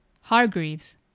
Hargreaves